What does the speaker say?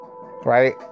right